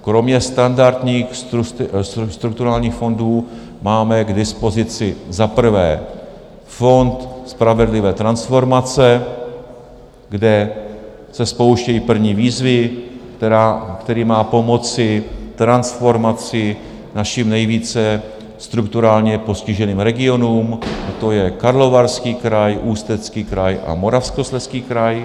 Kromě standardních strukturálních fondů máme k dispozici za prvé Fond spravedlivé transformace, kde se spouštějí první výzvy, který má pomoci v transformaci našim nejvíce strukturálně postiženým regionům, a to je Karlovarský kraj, Ústecký kraj a Moravskoslezský kraj.